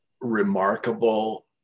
remarkable